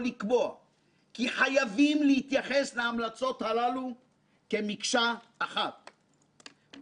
כל אחת מכסה צד אחר במבנה מורכב זה ובשינוי שהוא חייב לעבור.